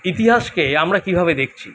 ইতিহাসকে আমরা কীভাবে দেখছি